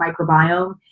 microbiome